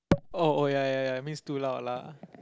oh oh ya ya ya it means too loud lah